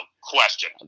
question